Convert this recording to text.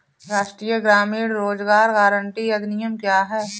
राष्ट्रीय ग्रामीण रोज़गार गारंटी अधिनियम क्या है?